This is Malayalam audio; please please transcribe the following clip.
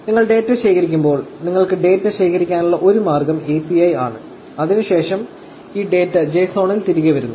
നിങ്ങൾ ഡാറ്റ ശേഖരിക്കുമ്പോൾ നിങ്ങൾക്ക് ഡാറ്റ ശേഖരിക്കാനുള്ള ഒരു മാർഗ്ഗം API ആണ് അതിനു ശേഷം ഈ ഡാറ്റ JSON ൽ തിരികെ വരുന്നു